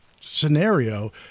scenario